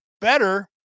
better